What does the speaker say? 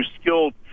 skilled